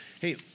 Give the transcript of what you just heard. hey